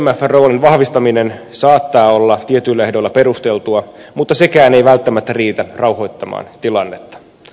imfn roolin vahvistaminen saattaa olla tietyillä ehdoilla perusteltua mutta sekään ei välttämättä riitä rauhoittamaan tilannetta